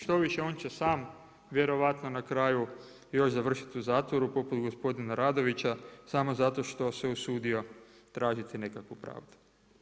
Štoviše on će sam vjerojatno na kraju još završiti u zatvoru poput gospodina Radovića samo zato što se usudio tražiti nekakvu pravdu.